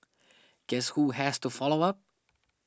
guess who has to follow up